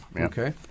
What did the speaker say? okay